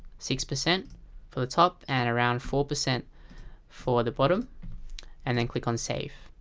six percent for the top and around four percent for the bottom and then click on save